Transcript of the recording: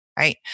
Right